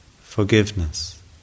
forgiveness